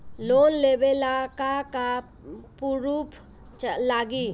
Loan लेबे ला का का पुरुफ लागि?